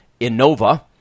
Innova